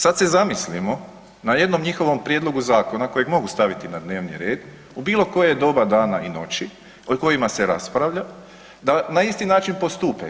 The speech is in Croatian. Sad se zamislimo na jednom njihovom prijedlogu zakona kojeg mogu staviti na dnevni red u bilo koje doba dana i noći o kojima se raspravlja da na isti način postupe.